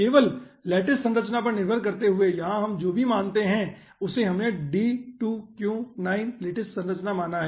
केवल लैटिस संरचना पर निर्भर करते हुए यहां हम जो भी हम मानते हैं उसे हमने D2Q9 लैटिस संरचना माना है